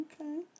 okay